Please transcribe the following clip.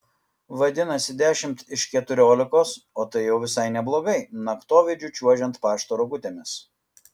vadinasi dešimt iš keturiolikos o tai jau visai neblogai naktovidžiu čiuožiant pašto rogutėmis